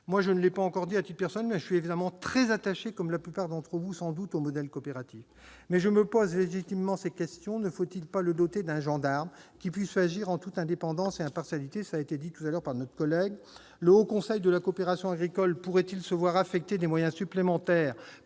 ? Je ne l'ai pas encore dit, mais, à titre personnel, je suis évidemment très attaché, comme la plupart d'entre vous sans doute, au modèle coopératif. Toutefois, je me pose légitimement la question : ne faut-il pas le doter d'un gendarme qui puisse agir en toute indépendance et impartialité ? Le Haut Conseil de la coopération agricole pourrait-il se voir affecter des moyens supplémentaires